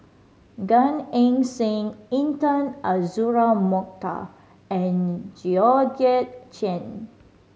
Gan Eng Seng Intan Azura Mokhtar and Georgette Chen